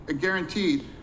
guaranteed